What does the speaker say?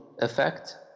effect